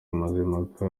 mazimhaka